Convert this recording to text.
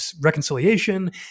reconciliation